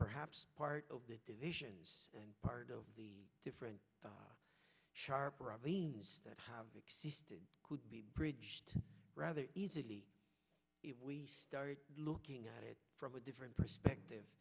perhaps part of the division and part of the different sharper i mean that have existed could be bridged rather easily if we started looking at it from a different perspective